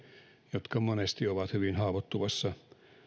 jotka monesti ovat hyvin haavoittuvassa